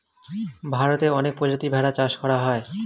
ভারতে অনেক প্রজাতির ভেড়া চাষ করা হয়